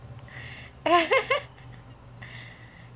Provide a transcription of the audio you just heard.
ya